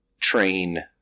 train